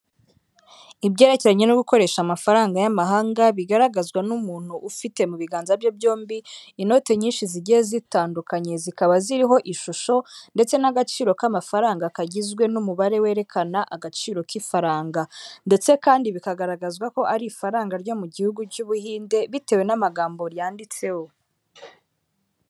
Ibyerekeranye no gukoresha amafaranga y'amahanga, bigaragazwa n'umuntu ufite mu biganza bye byombi inoti nyinshi zigiye zitandukanye, zikaba ziriho ishusho ndetse n'agaciro k'amafaranga kagizwe n'umubare werekana agaciro k'ifaranga ndetse kandi bikagaragazwa ko ari ifaranga ryo mu gihugu cy'ubuhinde, bitewe n'amagambo yanditseho.